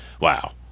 wow